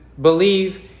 believe